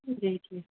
जी जी